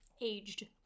Aged